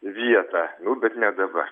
vietą nu bet ne dabar